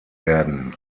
werden